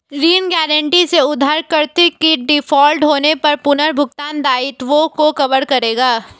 ऋण गारंटी से उधारकर्ता के डिफ़ॉल्ट होने पर पुनर्भुगतान दायित्वों को कवर करेगा